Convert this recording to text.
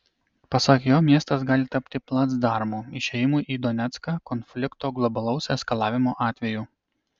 pasak jo miestas gali tapti placdarmu išėjimui į donecką konflikto globalaus eskalavimo atveju